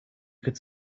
could